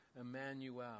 Emmanuel